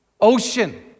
ocean